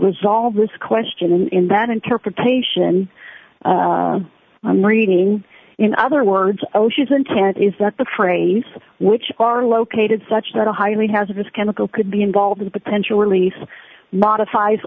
all this question in that interpretation i'm reading in other words oh she's intent is that the phrase which are located such that a highly hazardous chemical could be involved in a potential release modifies